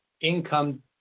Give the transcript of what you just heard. income